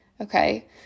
okay